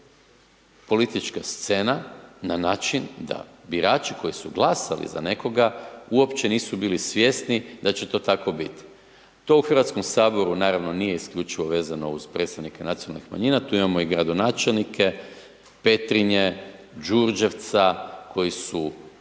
politička scena na način da birači koji su glasali za nekoga, uopće nisu bili svjesni da će to tako biti. To u HS, naravno, nije isključivo vezano uz predstavnike nacionalnih manjina, tu imamo i gradonačelnike Petrinje, Đurđevca koji su